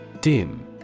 DIM